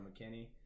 McKinney